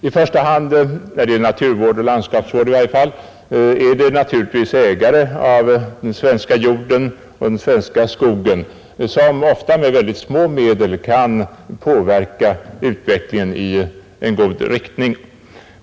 I första hand är det naturligtvis — i varje fall när det gäller naturvård och landskapsvård — ägare av den svenska jorden och den svenska skogen som, ofta med små medel, kan påverka utvecklingen i en god riktning.